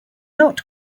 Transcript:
not